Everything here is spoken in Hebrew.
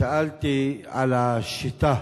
שאלתי על השיטה